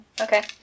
Okay